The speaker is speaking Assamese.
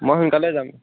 মই সোনকালে যাম